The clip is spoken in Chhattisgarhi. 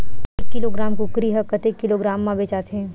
एक किलोग्राम कुकरी ह कतेक किलोग्राम म बेचाथे?